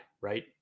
right